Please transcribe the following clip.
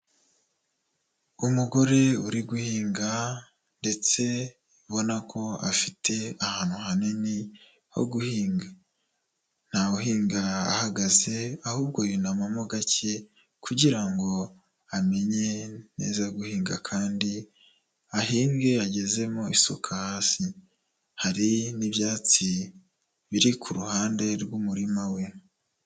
Umugore uri guhinga ndetse ubona ko afite ahantu hanini ho guhinga. Ntawuhinga ahahagaze ahubwo yunamamo gake kugira ngo amenye neza guhinga kandi ahinge agezemo isuka hasi. Hari n'ibyatsi biri ku ruhande rw'umurima we.